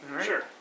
Sure